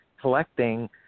collecting